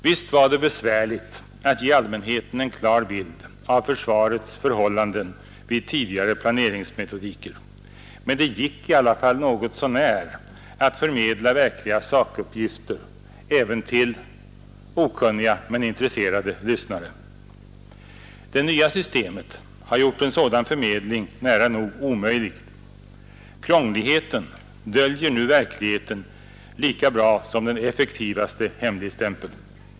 Visst var det besvärligt att ge allmänheten en klar bild av försvarets förhållanden vid den tidigare planeringsmetodiken, men det gick i alla fall något så när att förmedla verkliga sakuppgifter även till okunniga men intresserade lyssnare. Det nya systemet har gjort en sådan förmedling nära nog omöjlig. Krångligheten döljer nu verkligheten lika bra som den effektivaste hemligstämpel.